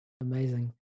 amazing